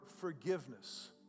forgiveness